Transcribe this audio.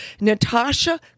natasha